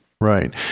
Right